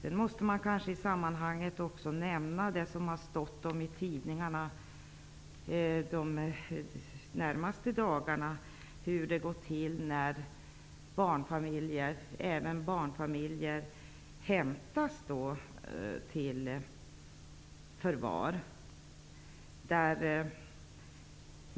I sammanhanget måste man kanske också nämna det som stått i tidningarna de senaste dagarna, dvs. hur det går till när barnfamiljer hämtas till förvar.